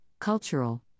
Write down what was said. cultural